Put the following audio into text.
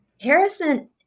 Harrison